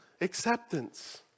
acceptance